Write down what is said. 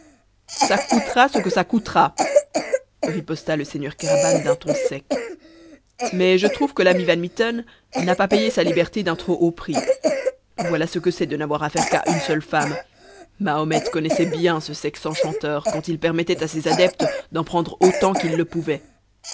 ça coûtera ce que ça coûtera riposta le seigneur kéraban d'un ton sec mais je trouve que l'ami van mitten n'a pas payé sa liberté d'un trop haut prix voilà ce que c'est de n'avoir affaire qu'à une seule femme mahomet connaissait bien ce sexe enchanteur quand il permettait à ses adeptes d'en prendre autant qu'ils le pouvaient